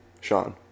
Sean